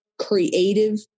creative